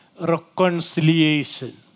reconciliation